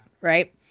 right